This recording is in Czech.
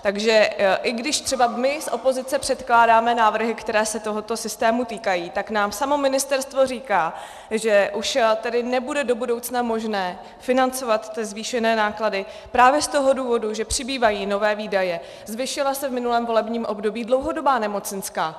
Takže i když třeba my z opozice předkládáme návrhy, které se tohoto systému týkají, tak nám samo ministerstvo říká, že už nebude do budoucna možné financovat zvýšené náklady právě z toho důvodu, že přibývají nové výdaje, zvýšila se v minulém volebním období dlouhodobá nemocenská.